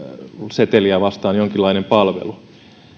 seteliä vastaan jonkinlainen palvelu